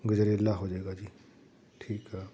ਗਜਰੇਲਾ ਹੋ ਜਾਵੇਗਾ ਜੀ ਠੀਕ ਆ